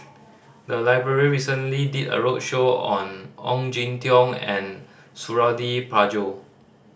the library recently did a roadshow on Ong Jin Teong and Suradi Parjo